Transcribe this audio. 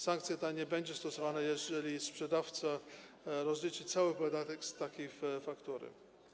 Sankcja ta nie będzie stosowana, jeżeli sprzedawca rozliczy cały podatek z takiej faktury.